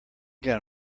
gun